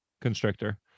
constrictor